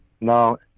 No